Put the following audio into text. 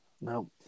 no